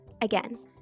Again